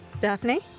Daphne